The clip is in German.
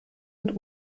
und